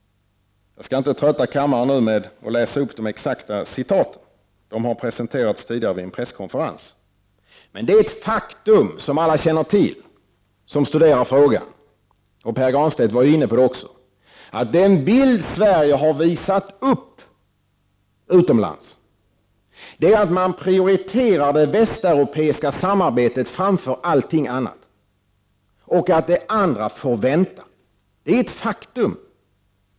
Jag skall inte nu trötta kammaren med att läsa upp de exakta citaten; de har presenterats tidigare vid en presskonferens. Men det är ett faktum som alla känner till som studerar frågan — Pär Granstedt var också inne på det — att den bild Sverige har visat upp utomlands är att man prioriterar det västeuropeiska samarbetet framför allting annat, och att det andra får vänta.